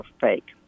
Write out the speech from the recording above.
fake